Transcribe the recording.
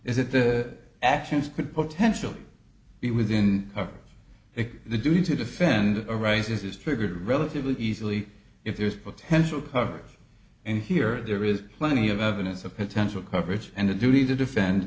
that the actions could potentially be within it the duty to defend arises is triggered relatively easily if there is potential cover and here there is plenty of evidence of potential coverage and the duty to defend